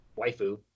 waifu